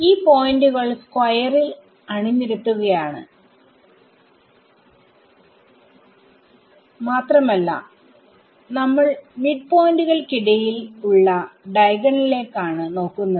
ഈ പോയിന്റുകൾ സ്ക്വയറിൽ അണിനിരത്തിയിരിക്കുന്നതിനാലാണത് മാത്രമല്ല നിങ്ങൾ മിഡ്പോയിന്റുകൾക്കിടയിൽ ഉള്ള ഡയഗണലിലേക്കാണ്നോക്കുന്നത്